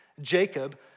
Jacob